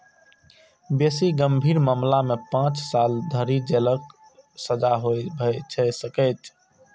बेसी गंभीर मामला मे पांच साल धरि जेलक सजा सेहो भए सकैए